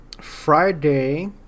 Friday